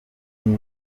niba